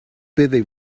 busy